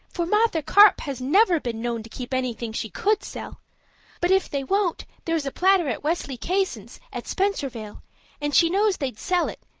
for martha copp has never been known to keep anything she could sell but if they won't there's a platter at wesley keyson's at spencervale and she knows they'd sell it,